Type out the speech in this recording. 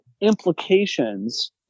implications